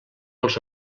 als